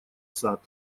сад